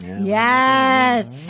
Yes